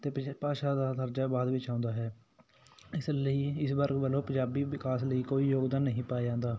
ਅਤੇ ਪਜ ਭਾਸ਼ਾ ਦਾ ਦਰਜਾ ਬਾਅਦ ਵਿੱਚ ਆਉਂਦਾ ਹੈ ਇਸ ਲਈ ਇਸ ਵਰਗ ਵੱਲੋਂ ਪੰਜਾਬੀ ਵਿਕਾਸ ਲਈ ਕੋਈ ਯੋਗਦਾਨ ਨਹੀਂ ਪਾਇਆ ਜਾਂਦਾ